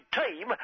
team